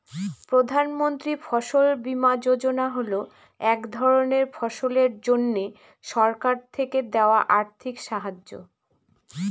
প্রধান মন্ত্রী ফসল বীমা যোজনা হল এক ধরনের ফসলের জন্যে সরকার থেকে দেওয়া আর্থিক সাহায্য